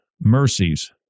mercies